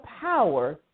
power